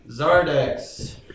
Zardex